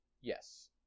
Yes